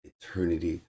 eternity